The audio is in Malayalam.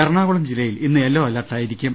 എറണാകുളം ജില്ലയിൽ ഇന്ന് യെല്ലോ അലർട്ടായിരിക്കും